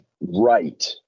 right